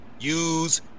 use